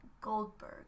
Goldberg